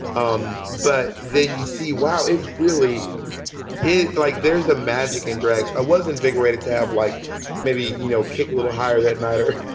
um but then you see, wow, it really is like there's the magic in drag's. i was invigorated to have like maybe, you know, kick a little higher that matter,